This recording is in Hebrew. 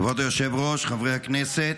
כבוד היושב-ראש, חברי הכנסת,